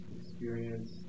experience